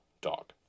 dog